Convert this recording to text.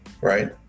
right